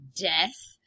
Death